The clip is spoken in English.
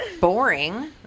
boring